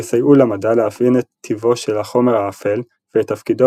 יסייעו למדע להבין את טיבו של החומר האפל ואת תפקידו